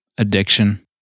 Addiction